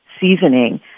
seasoning